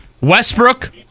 Westbrook